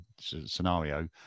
scenario